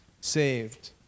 Saved